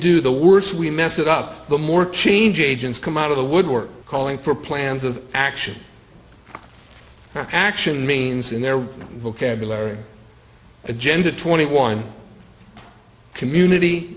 do the worse we mess it up the more change agents come out of the woodwork calling for plans of action action means in their vocabulary agenda twenty one community